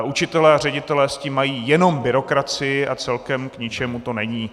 Učitelé a ředitelé s tím mají jenom byrokracii a celkem k ničemu to není.